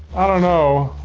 i don't know.